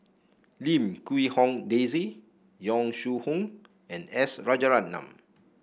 Lim Quee Hong Daisy Yong Shu Hoong and S Rajaratnam